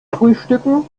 frühstücken